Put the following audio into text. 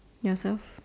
yourself